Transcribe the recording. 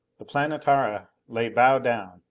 the planetara lay bow down,